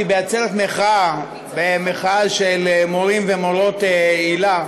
בעצרת מחאה של מורי ומורות היל"ה,